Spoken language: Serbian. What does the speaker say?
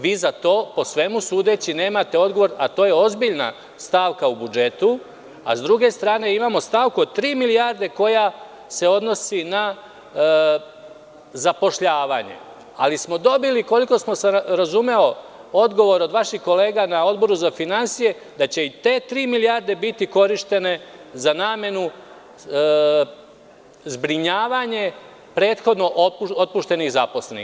Vi za to po svemu sudeći nemate odgovor, a to je ozbiljna stavka u budžetu, a sa druge strane, imamo stavku od 3 milijarde koja se odnosi na zapošljavanje, ali smo dobili, koliko sam razumeo, odgovor od vaših kolega na Odboru za finansije da će i te tri milijarde biti korištene za namenu zbrinjavanja prethodno otpuštenih zaposlenih.